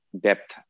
depth